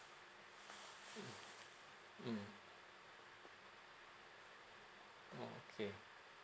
mm okay